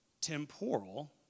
temporal